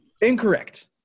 incorrect